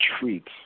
treats